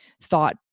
thought